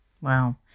Wow